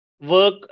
work